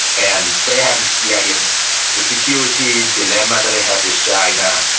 and they have experienced the security dilemma that they have with china,